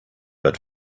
but